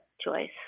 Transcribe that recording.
choice